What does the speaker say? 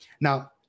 Now